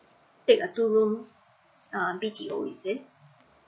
take a two room B_T_O is it